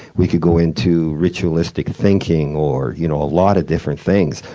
we could go into ritualistic thinking or you know a lot of different things,